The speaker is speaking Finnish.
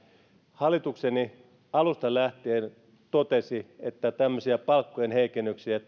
hallitukseni alusta lähtien totesi että tämmöisiä palkkojen heikennyksiä